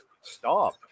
stop